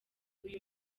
uyu